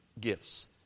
gifts